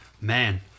Man